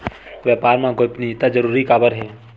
व्यापार मा गोपनीयता जरूरी काबर हे?